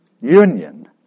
Union